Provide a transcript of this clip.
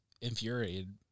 infuriated